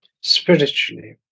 spiritually